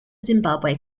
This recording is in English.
zimbabwe